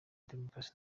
demokarasi